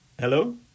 Hello